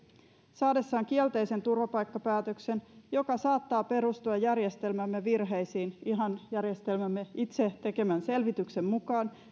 saadessaan kielteisen turvapaikkapäätöksen joka saattaa perustua järjestelmämme virheisiin ihan järjestelmämme itse tekemän selvityksen mukaan